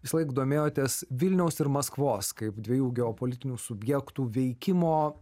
visąlaik domėjotės vilniaus ir maskvos kaip dviejų geopolitinių subjektų veikimo